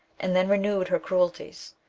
and then renewed her cruelties.